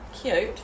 Cute